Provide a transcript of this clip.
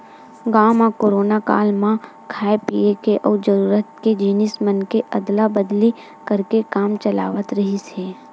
गाँव म कोरोना काल म खाय पिए के अउ जरूरत के जिनिस मन के अदला बदली करके काम चलावत रिहिस हे